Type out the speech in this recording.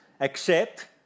accept